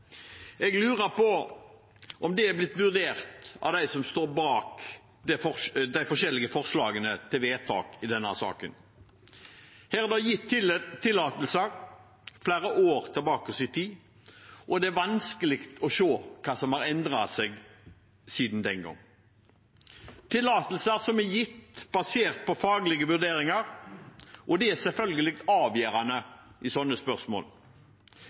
Jeg lurer på om det er blitt vurdert av dem som står bak de forskjellige forslagene i denne saken. Det er gitt tillatelser flere år tilbake i tid, og det er vanskelig å se hva som har endret seg siden den gang. Tillatelsene er gitt, basert på faglige vurderinger, og det er selvfølgelig avgjørende i slike spørsmål.